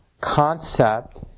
concept